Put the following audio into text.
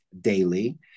daily